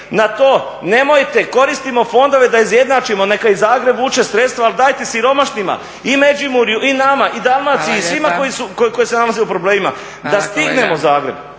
na to nemojte koristimo fondove da izjednačimo neka i Zagreb vuče sredstva, ali dajte siromašnima i Međimurju, i nama, i Dalmaciji, i svima koji se nalaze u problemima da stignemo Zagreb,